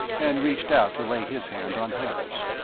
and reached out to lay his hand on hers.